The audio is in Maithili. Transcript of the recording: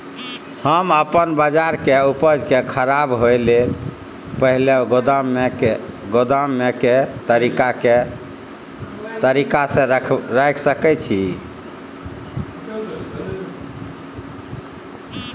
हम अपन बाजरा के उपज के खराब होय से पहिले गोदाम में के तरीका से रैख सके छी?